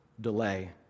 delay